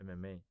MMA